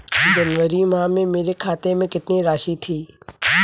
जनवरी माह में मेरे खाते में कितनी राशि थी?